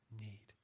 Need